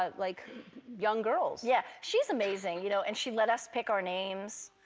ah like young girls. yeah, she's amazing you know and she let us pick our names